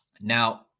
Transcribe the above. now